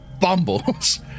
Bumbles